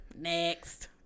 next